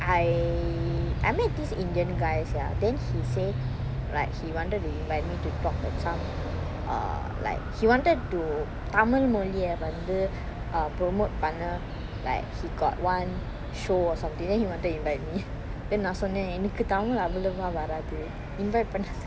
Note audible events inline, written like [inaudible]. I I meet this indian guy sia then he say like he wanted to invite me to talk some uh like he wanted to tamil மொழிய வந்து:moliya vanthu err promote பண்ண:panna like he got one show or something then he wanted to invite me then நா சொன்னன் எனக்கு:naa sonnan enakku tamil அவ்வளவா வராது:avvalava varathu invite பண்ணாதிங்க:pannathinga [laughs]